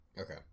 Okay